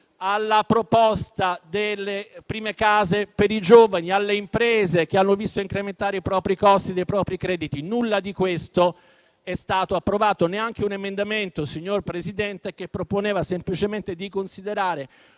alla proposta relativa alle prime case per i giovani, alle imprese che hanno visto incrementare i costi dei propri crediti. Nulla di questo è stato approvato, neanche un emendamento, signor Presidente, che proponeva semplicemente di considerare